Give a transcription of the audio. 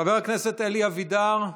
חבר הכנסת אלי אבידר,